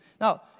Now